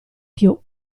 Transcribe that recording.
più